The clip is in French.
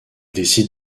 décide